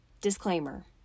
Disclaimer